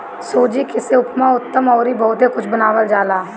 सूजी से उपमा, उत्तपम अउरी बहुते कुछ बनावल जाला